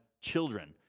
children